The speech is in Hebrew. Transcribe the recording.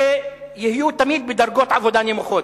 ויהיו תמיד בדרגות עבודה נמוכות.